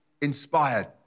inspired